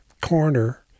corner